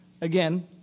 again